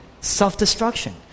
self-destruction